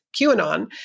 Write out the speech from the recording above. QAnon